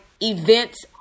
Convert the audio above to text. events